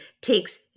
takes